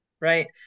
right